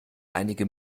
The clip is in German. einige